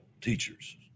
teachers